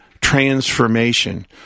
transformation